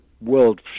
world